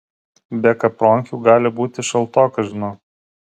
be kapronkių gali būti šaltoka žinok